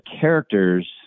characters